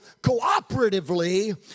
cooperatively